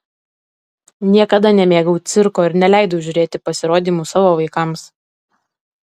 niekada nemėgau cirko ir neleidau žiūrėti pasirodymų savo vaikams